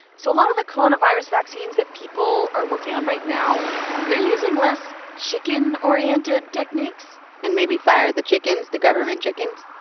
so a lot of the coronavirus vaccines that people are working on right now they're using less chicken-oriented techniques and maybe fire the chickens the government chickens?